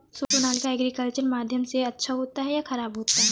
Sonalika agriculture माध्यम से अच्छा होता है या ख़राब होता है?